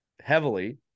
heavily